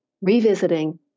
revisiting